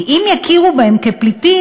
כי אם יכירו בהם כפליטים,